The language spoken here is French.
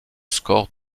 score